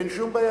אין שום בעיה.